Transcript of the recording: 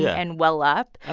yeah and well up, ah